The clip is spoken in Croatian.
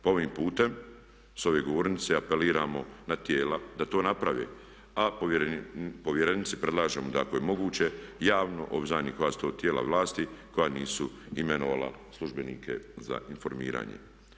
Pa ovim putem s ove govornice apeliramo na tijela da to naprave, a povjerenici predlažemo da ako je moguće javno obznani koja su to tijela vlasti koja nisu imenovala službenike za informiranje.